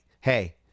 hey